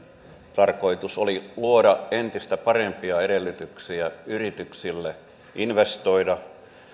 tarkoitus oli luoda entistä parempia edellytyksiä yrityksille investoida